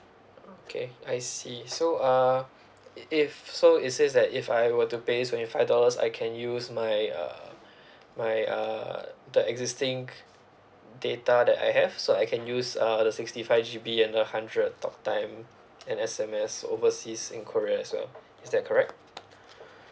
okay I see so uh if so is this that if I were to pay twenty five dollars I can use my uh my uh the existing data that I have so I can use uh the sixty five G_B and the hundred talk time and S_M_S overseas in korea as well is that correct